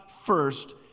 first